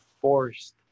forced